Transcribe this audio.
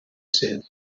said